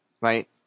right